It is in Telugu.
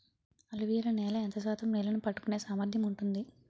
అలువియలు నేల ఎంత శాతం నీళ్ళని పట్టుకొనే సామర్థ్యం ఉంటుంది?